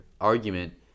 argument